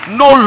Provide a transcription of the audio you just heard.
no